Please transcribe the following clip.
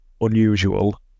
unusual